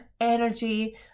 energy